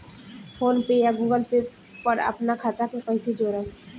PhonePe या Google Pay पर अपना खाता के कईसे जोड़म?